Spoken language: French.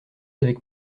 avec